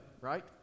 right